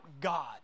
God